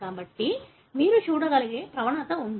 కాబట్టి మీరు చూడగలిగే ప్రవణత ఉంది